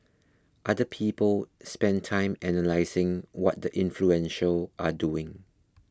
other people spend time analysing what the influential are doing